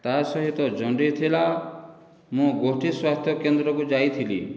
ତା' ସହିତ ଜଣ୍ଡିସ ଥିଲା ମୁଁ ଗୋଟିଏ ସ୍ୱାସ୍ଥ୍ୟ କେନ୍ଦ୍ରକୁ ଯାଇଥିଲି